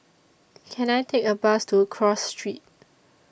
Can I Take A Bus to Cross Street